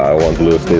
won't lose